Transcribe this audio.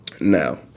Now